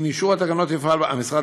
עם אישור התקנות יפעל המשרד